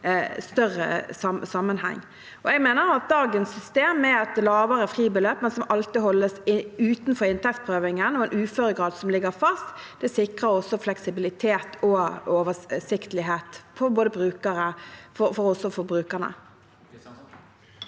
større sammenheng. Jeg mener at dagens system – med et lavere fribeløp, men som alltid holdes utenfor inntektsprøvingen og en uføregrad som ligger fast – sikrer fleksibilitet og oversiktlighet også for brukerne.